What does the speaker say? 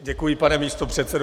Děkuji, pane místopředsedo.